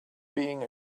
being